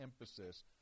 emphasis